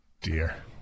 dear